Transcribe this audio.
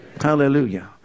hallelujah